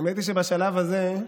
האמת היא, שבשלב הזה,